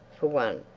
for one,